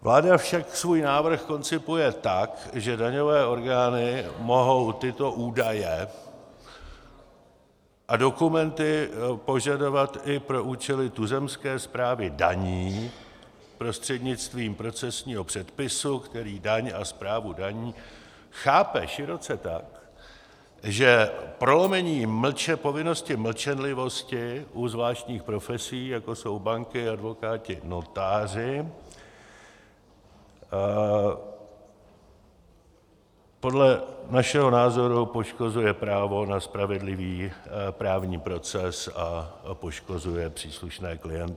Vláda však svůj návrh koncipuje tak, že daňové orgány mohou tyto údaje a dokumenty požadovat i pro účely tuzemské správy daní prostřednictvím procesního předpisu, který daň a správu daní chápe široce tak, že prolomení povinnosti mlčenlivosti u zvláštních profesí, jako jsou banky, advokáti, notáři, podle našeho názoru poškozuje právo na spravedlivý právní proces a poškozuje příslušné klienty.